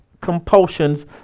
compulsions